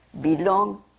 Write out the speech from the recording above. belong